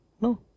no